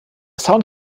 sound